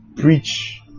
preach